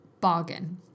bargain